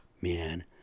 man